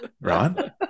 right